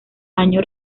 año